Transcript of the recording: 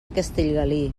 castellgalí